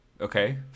okay